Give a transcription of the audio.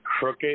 crooked